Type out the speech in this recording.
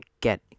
get